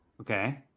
Okay